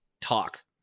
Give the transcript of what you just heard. talk